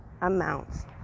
amounts